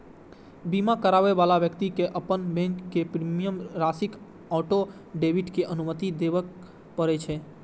बीमा कराबै बला व्यक्ति कें अपन बैंक कें प्रीमियम राशिक ऑटो डेबिट के अनुमति देबय पड़ै छै